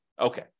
Okay